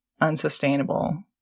unsustainable